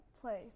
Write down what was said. place